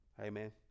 Amen